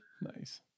nice